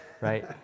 right